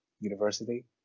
university